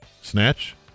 Snatch